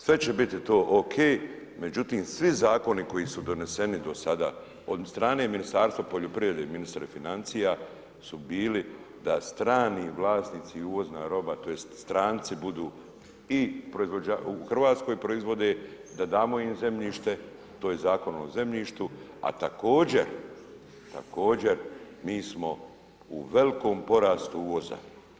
Sve će biti to ok, međutim, svi zakoni koji su doneseni do sada, od strane Ministarstva poljoprivrede, ministre financija, su bili da strani vlasnici uvozna roba, tj. stranci budu ti, u Hrvatskoj proizvode, da damo im zemljište, to je Zakon o zemljištu, a također mi smo u velikom porastu uvoza.